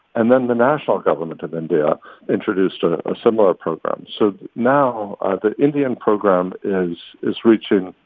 and then the national government of india introduced a similar program. so now the indian program is is reaching,